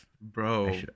Bro